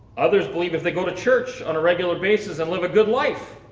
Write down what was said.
others believe if they go to church on a regular basis and live a good life,